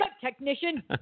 technician